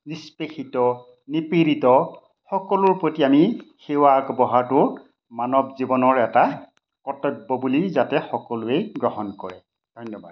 নিষ্পেষিত নিপীড়িত সকলোৰ প্ৰতি আমি সেৱা আগবঢ়োৱাটো মানৱ জীৱনৰ এটা কৰ্তব্য বুলি যাতে সকলোৱেই গ্ৰহণ কৰে ধন্যবাদ